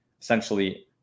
essentially